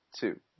two